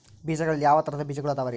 ಬೇಜಗಳಲ್ಲಿ ಯಾವ ತರಹದ ಬೇಜಗಳು ಅದವರಿ?